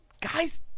guys